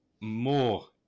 more